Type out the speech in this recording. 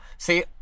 See